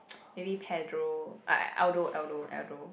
maybe Pedro uh Aldo Aldo Aldo